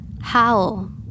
Howl